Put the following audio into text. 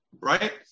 right